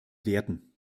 werten